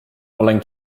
olen